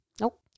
Nope